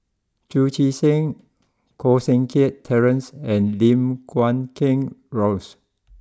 Chu Chee Seng Koh Seng Kiat Terence and Lim Guat Kheng Rosie